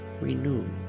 Renewed